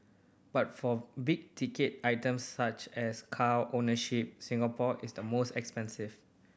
but for big ticket items such as car ownership Singapore is the most expensive